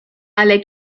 ale